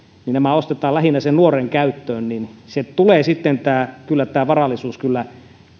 ja ne ostetaan lähinnä sen nuoren käyttöön sitten tulee kyllä tämä varallisuus